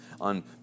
on